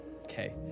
Okay